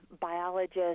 biologists